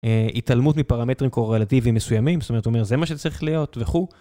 התעלמות מפרמטרים קורלטיביים מסוימים, זאת אומרת, הוא אומר זה מה שצריך להיות וכו'.